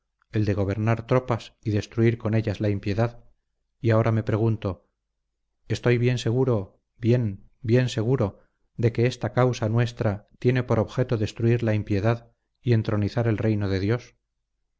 el de gobernar tropas y destruir con ellas la impiedad y ahora me pregunto estoy bien seguro bien bien seguro de que esta causa nuestra tiene por objeto destruir la impiedad y entronizar el reino de dios